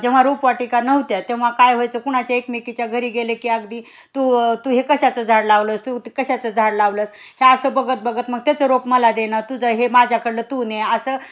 जेव्हा रोपवाटीका नव्हत्या तेव्हा काय व्हायचं कुणाच्या एकमेकीच्या घरी गेले की अगदी तू तू हे कशाचं झाड लावलं आहेस तू कशाचं झाड लावलं आहेस हे असं बघत बघत मग त्याचं रोप मला देनं तुझं हे माझ्याकडलं तू ने असं